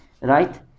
Right